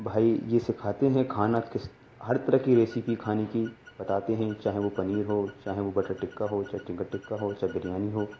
بھائی یہ سکھاتے ہیں کھانا کس ہر طرح کی ریسپی کھانے کی بتاتے ہیں چاہے وہ پنیر ہو چاہے وہ بٹر ٹکا ہو چاہے چکن ٹکا ہو چاہے بریانی ہو